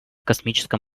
космическом